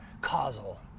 causal